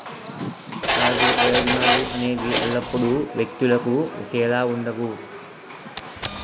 ఆర్థిక ప్రయోజనాలు అనేవి ఎల్లప్పుడూ వ్యక్తులకు ఒకేలా ఉండవు